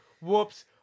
Whoops